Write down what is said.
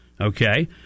Okay